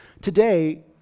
Today